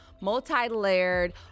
multi-layered